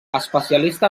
especialista